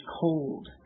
cold